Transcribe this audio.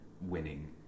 winning